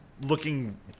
looking